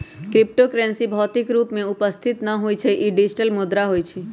crypto currency भौतिक रूप में उपस्थित न होइ छइ इ डिजिटल मुद्रा होइ छइ